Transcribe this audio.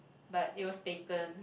but it was taken